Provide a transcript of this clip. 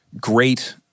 great